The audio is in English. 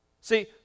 See